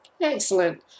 Excellent